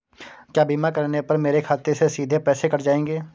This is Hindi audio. क्या बीमा करने पर मेरे खाते से सीधे पैसे कट जाएंगे?